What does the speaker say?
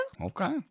Okay